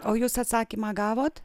o jūs atsakymą gavot